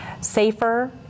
safer